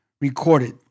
recorded